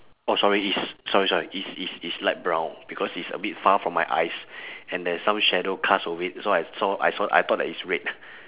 orh sorry it's sorry sorry it's it's it's light brown because it's a bit far from my eyes and there's some shadow cast over it so I saw I saw I thought that it's red